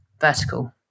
vertical